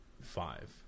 five